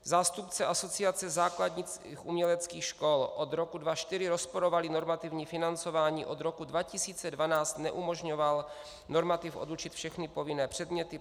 Zástupce Asociace základních uměleckých škol: Od roku 2004 rozporovali normativní financování, od roku 2012 neumožňoval normativ odučit všechny povinné předměty.